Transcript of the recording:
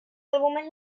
álbumes